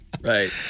Right